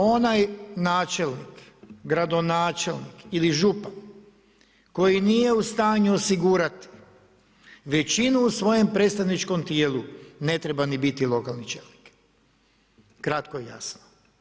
Onaj načelnik, gradonačelnik ili župan koji nije u stanju osigurati većinu u svojem predstavničkom tijelu ne treba ni biti lokalni čelnik kratko i jasno.